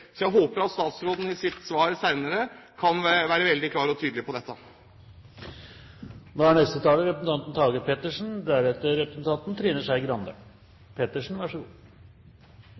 Jeg håper at statsråden i sitt svar senere kan være veldig klar og tydelig på dette.